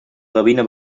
gavina